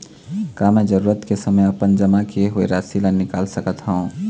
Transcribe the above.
का मैं जरूरत के समय अपन जमा किए हुए राशि ला निकाल सकत हव?